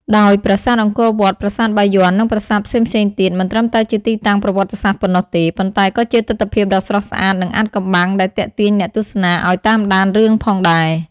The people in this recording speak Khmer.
ដោយប្រាសាទអង្គរវត្ត ប្រាសាទបាយ័ន និងប្រាសាទផ្សេងៗទៀត មិនត្រឹមតែជាទីតាំងប្រវត្តិសាស្ត្រប៉ុណ្ណោះទេ ប៉ុន្តែក៏ជាទិដ្ឋភាពដ៏ស្រស់ស្អាតនិងអាថ៌កំបាំងដែលទាក់ទាញអ្នកទស្សនាឲ្យតាមដានរឿងផងដែរ។